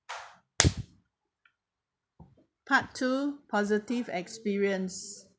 part two positive experience